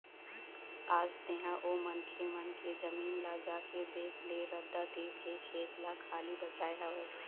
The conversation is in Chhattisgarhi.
आज तेंहा ओ मनखे मन के जमीन ल जाके देख ले रद्दा तीर के खेत ल खाली बचाय हवय